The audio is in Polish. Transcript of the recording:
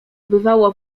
bywało